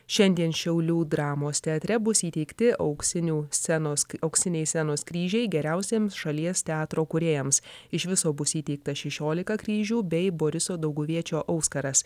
šiandien šiaulių dramos teatre bus įteikti auksinių scenos auksiniai scenos kryžiai geriausiems šalies teatro kūrėjams iš viso bus įteikta šešiolika kryžių bei boriso dauguviečio auskaras